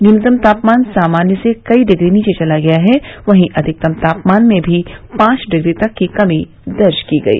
न्यूनतम तापमान सामान्य से कई डिग्री नीचे चला गया है वहीं अधिकतम तापमान में भी पांच डिग्री तक कमी दर्ज की गई